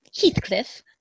Heathcliff